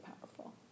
powerful